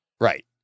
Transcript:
Right